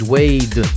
Wade